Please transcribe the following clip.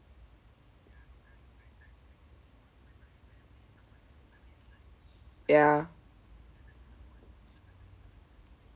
ya